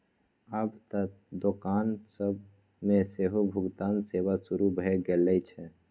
आब त दोकान सब मे सेहो भुगतान सेवा शुरू भ गेल छै